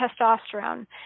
testosterone